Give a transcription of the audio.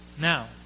Now